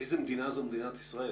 איזה מדינה זו מדינת ישראל?